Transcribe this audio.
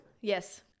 yes